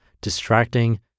distracting